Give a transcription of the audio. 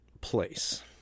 place